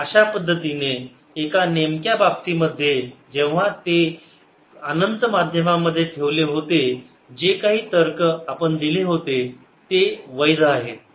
या अशा पद्धतीने एका नेमक्या बाबतीमध्ये जेव्हा ते अनंत माध्यमांमध्ये ठेवले होते जे काही तर्क आपण दिले होते ते वैध आहे